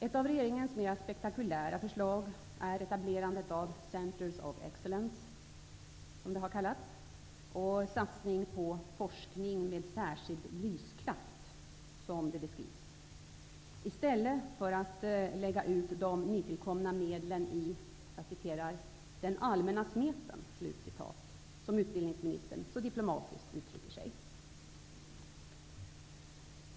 Ett av regeringens mera spektakulära förslag är etablerandet av ''Centers of excellens'' och satsning på ''forskning med särskild lyskraft'' i stället för att lägga ut de nytillkomna medlen i ''den allmänna smeten'', som utbildningsministern så diplomatiskt brukar uttrycka sig.